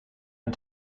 and